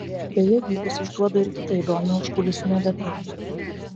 beje gytis išduoda ir kitą įdomią užkulisinę detalę